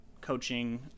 coaching